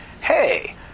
hey